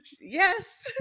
Yes